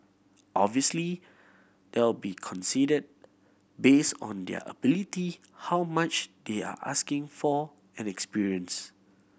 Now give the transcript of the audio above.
obviously they'll be consider base on their ability how much they are asking for and experience